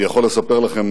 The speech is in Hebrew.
אני יכול לספר לכם